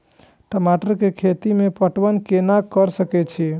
टमाटर कै खैती में पटवन कैना क सके छी?